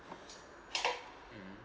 mm